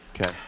Okay